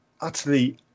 utterly